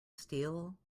steel